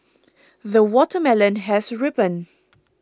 the watermelon has ripened